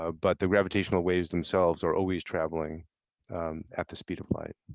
ah but the graphictational waves themselves are always traveling at the speed of light.